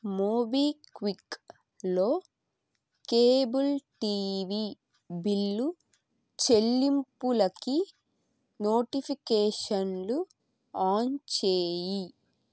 మోబిక్విక్లో cable TV bill చెల్లింపులకి నోటిఫికేషన్లు on చేయి